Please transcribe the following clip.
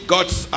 God's